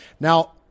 now